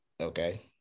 okay